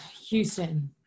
houston